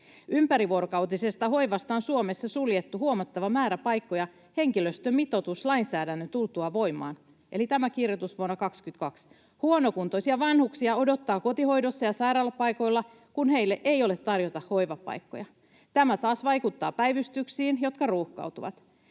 Ympärivuorokautisesta hoivasta on Suomessa suljettu huomattava määrä paikkoja henkilöstömitoituslainsäädännön tultua voimaan.” Eli tämä kirjoitus oli vuonna 22. ”Huonokuntoisia vanhuksia odottaa kotihoidossa ja sairaalapaikoilla, kun heille ei ole tarjota hoivapaikkoja. Tämä taas vaikuttaa päivystyksiin, jotka ruuhkautuvat.